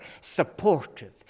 supportive